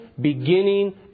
beginning